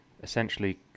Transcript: Essentially